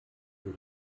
für